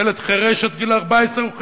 ילד חירש עד גיל 14 הוא חירש.